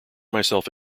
myself